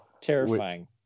Terrifying